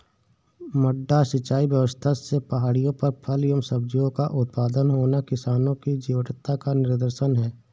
मड्डा सिंचाई व्यवस्था से पहाड़ियों पर फल एवं सब्जियों का उत्पादन होना किसानों की जीवटता का निदर्शन है